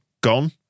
gone